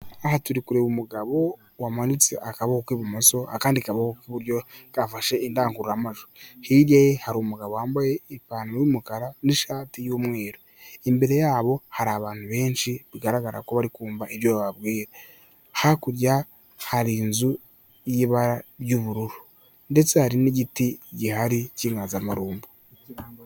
Aha turi kureba umugabo wamanitse akaboko k'ibumoso, akandi kaboko k'iburyo gafashe indangururamanjwi. Hirya ye hari umugabo wambaye ipantaro y'umukara n'ishati y'umweru. Imbere yabo hari abantu benshi bigaragara ko bari kumva ibyo bababwira. Hakurya hari inzu y'ibara ry'ubururu, ndetse hari n'igiti gihari cy'inganzamarumbo.